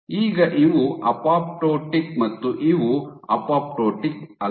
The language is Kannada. ಈಗ ಇವು ಅಪೊಪ್ಟೋಟಿಕ್ ಮತ್ತು ಇವು ಅಪೊಪ್ಟೋಟಿಕ್ ಅಲ್ಲ